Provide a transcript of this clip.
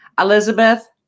Elizabeth